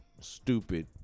stupid